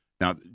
Now